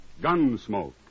Gunsmoke